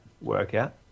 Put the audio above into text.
workout